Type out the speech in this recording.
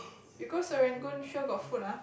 you go Serangoon sure got food ah